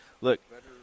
look